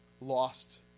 lost